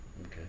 Okay